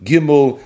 Gimel